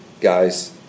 guys